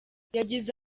yagize